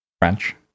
French